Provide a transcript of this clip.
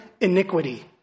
iniquity